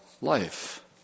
life